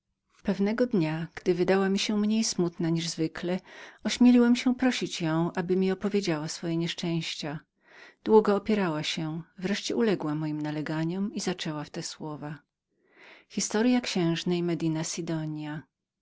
pewnego dnia gdy wydała mi się mniej smutną jak zwykle ośmieliłem się prosić ją aby mi opowiedziała swoje nieszczęścia długo opierała się wreszcie uległa moim naleganiom i zaczęła w te słowa jestem córką jedynaczką don